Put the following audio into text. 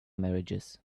marriages